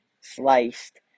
sliced